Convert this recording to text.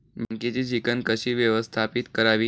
बँकेची चिकण कशी व्यवस्थापित करावी?